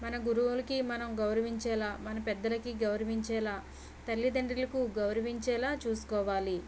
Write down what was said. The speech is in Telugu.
మన గురువులకి మనం గౌరవించేలా మన పెద్దలకి గౌరవించేలా తల్లితండ్రులకు గౌరవించేలా చూసుకోవాలి